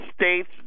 States